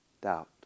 Doubt